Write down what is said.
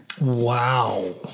Wow